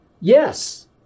yes